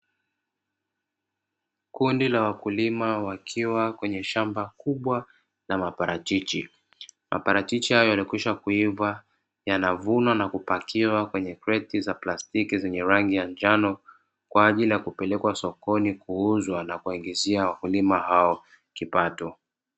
Kundi la wakulima wakiwa kwenye shamba kubwa la maparachichi, maparachichi hayo yaliyokwishava yanavunwa na kupakiwa kwenye kreti za plastiki, zenye rangi ya njano kwaajili ya kupelekwa sokoni kuuzwa na kuwaingizia wakulima hao kipato.